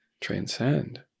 transcend